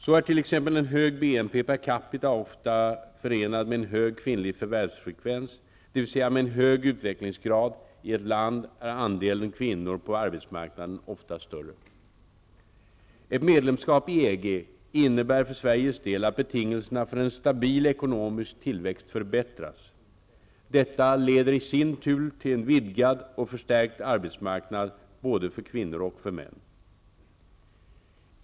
Så är t.ex. en hög BNP per capita ofta förenad med en hög kvinnlig förvärvsfrekvens, dvs. med en hög utvecklingsgrad i ett land är andelen kvinnor på arbetsmarknaden ofta större. Ett medlemskap i EG innebär för Sveriges del att betingelserna för en stabil ekonomisk tillväxt förbättras. Detta leder i sin tur till en vidgad och förstärkt arbetsmarknad både för kvinnor och för män.